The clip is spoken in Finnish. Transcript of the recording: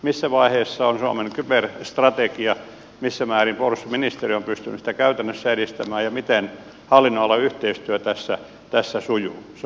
missä vaiheessa on suomen kyberstrategia missä määrin puolustusministeriö on pystynyt sitä käytännössä edistämään ja miten hallinnonalojen yhteistyö tässä sujuu